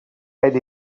elle